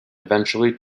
eventually